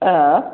आँए